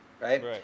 Right